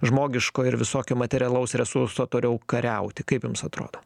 žmogiško ir visokio materialaus resurso toliau kariauti kaip jums atrodo